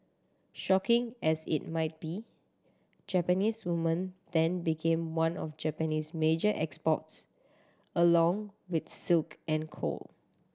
shocking as it might be Japanese woman then became one of Japan's major exports along with silk and coal